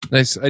Nice